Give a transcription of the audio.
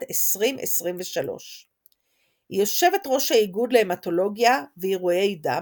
2023. היא יושבת ראש האיגוד להמטולוגיה ועירויי דם,